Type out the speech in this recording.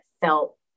felt